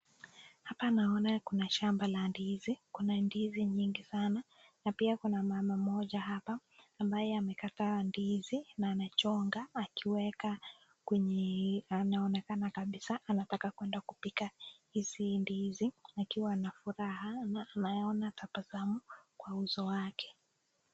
Hapa naona kuna shamba la ndizi, kuna ndizi nyingi sana, na pia kuna mama moja hapa, ambaye amekata ndizi na amechinga akiweka kwenye, anaonekana kabisa anataka kwenda kupika hizi ndizi akiwa na furaha, naona tabasamu kwa uso wake.